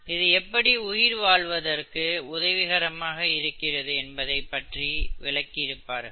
இது எப்படி உயிர் வாழ்வதற்கு உதவிகரமாக இருக்கிறது என்பதை பற்றி விளக்கி இருப்பார்கள்